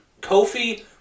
Kofi